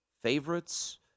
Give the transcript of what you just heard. favorites